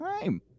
time